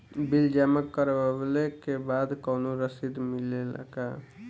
Bill जमा करवले के बाद कौनो रसिद मिले ला का?